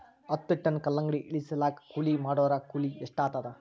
ಹತ್ತ ಟನ್ ಕಲ್ಲಂಗಡಿ ಇಳಿಸಲಾಕ ಕೂಲಿ ಮಾಡೊರ ಕೂಲಿ ಎಷ್ಟಾತಾದ?